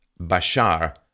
Bashar